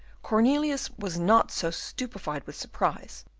cornelius was not so stupefied with surprise,